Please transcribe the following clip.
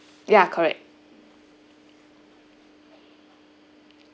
ya correct